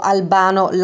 Albano